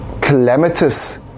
calamitous